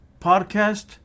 podcast